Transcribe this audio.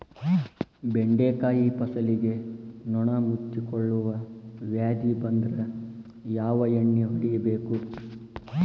ಬೆಂಡೆಕಾಯ ಫಸಲಿಗೆ ನೊಣ ಮುತ್ತಿಕೊಳ್ಳುವ ವ್ಯಾಧಿ ಬಂದ್ರ ಯಾವ ಎಣ್ಣಿ ಹೊಡಿಯಬೇಕು?